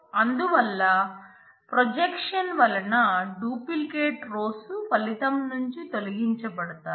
అందువల్ల ప్రొజెక్షన్ వలన duplicate rows ఫలితం నుంచి తొలగించబడతాయి